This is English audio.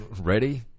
ready